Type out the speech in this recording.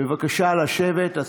בבקשה לשבת.